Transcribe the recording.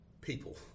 people